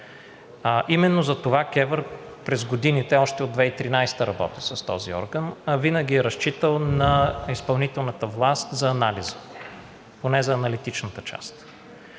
Именно затова КЕВР през годините – още от 2013 г. работя с този орган, винаги е разчитала на изпълнителната власт за анализите, поне за аналитичната част.